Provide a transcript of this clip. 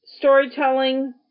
storytelling